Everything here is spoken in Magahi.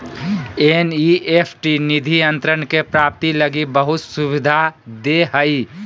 एन.ई.एफ.टी निधि अंतरण के प्राप्ति लगी बहुत सुविधा दे हइ